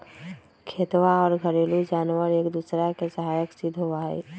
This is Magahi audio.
खेतवा और घरेलू जानवार एक दूसरा के सहायक सिद्ध होबा हई